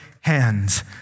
hands